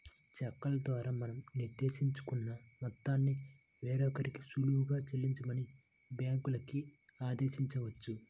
చెక్కుల ద్వారా మనం నిర్దేశించుకున్న మొత్తాన్ని వేరొకరికి సులువుగా చెల్లించమని బ్యాంకులకి ఆదేశించవచ్చు